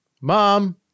Mom